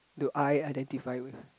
do I identify